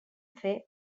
fer